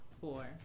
Four